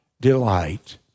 delight